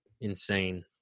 insane